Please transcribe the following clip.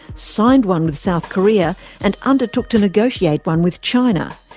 signed one with south korea and undertook to negotiate one with china.